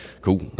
Cool